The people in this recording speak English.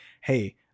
hey